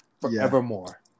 forevermore